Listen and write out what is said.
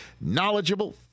knowledgeable